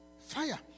Fire